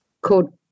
called